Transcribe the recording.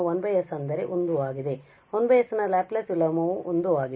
1s ನ Laplace ವಿಲೋಮವು 1 ಆಗಿದೆ